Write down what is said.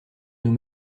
nous